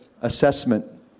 assessment